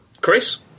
Chris